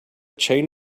chain